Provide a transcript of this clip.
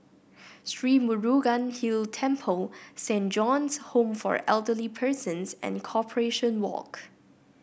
Sri Murugan Hill Temple Saint John's Home for Elderly Persons and Corporation Walk